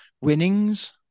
winnings